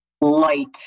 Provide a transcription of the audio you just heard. light